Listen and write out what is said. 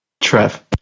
Trev